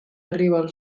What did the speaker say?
arriba